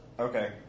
Okay